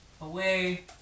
away